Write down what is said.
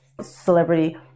celebrity